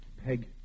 Peg